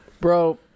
bro